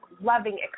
loving